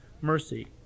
mercy